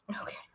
Okay